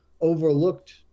overlooked